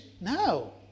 No